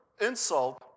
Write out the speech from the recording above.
insult